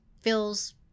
feels